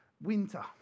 winter